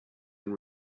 and